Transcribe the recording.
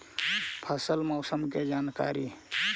फसल मौसम के जानकारी?